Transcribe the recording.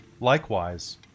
Likewise